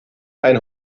ein